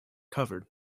covered